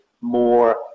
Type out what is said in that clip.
more